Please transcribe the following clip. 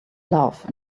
love